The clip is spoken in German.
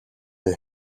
der